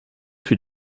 für